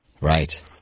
Right